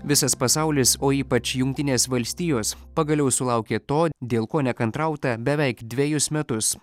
visas pasaulis o ypač jungtinės valstijos pagaliau sulaukė to dėl ko nekantrauta beveik dvejus metus